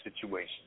situation